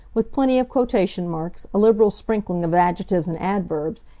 with plenty of quotation marks, a liberal sprinkling of adjectives and adverbs,